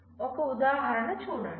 ఒక ఉదాహరణ చూడండి